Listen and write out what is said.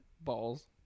Balls